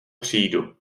přijdu